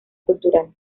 cultural